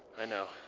i know,